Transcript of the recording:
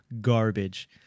Garbage